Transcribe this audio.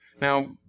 Now